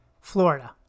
Florida